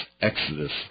exodus